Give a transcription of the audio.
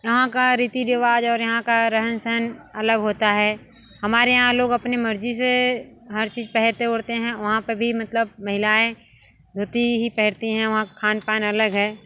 यहाँ का रीति रिवाज और यहाँ का रहन सहन अलग होता है हमारे यहाँ लोग अपने मर्ज़ी से हर चीज़ पहनते ओढ़ते हैं वहाँ पर भी मतलब महिलाएँ धोती ही पहनती हैं वहाँ का खान पान अलग है